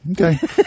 Okay